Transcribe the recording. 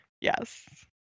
Yes